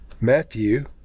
Matthew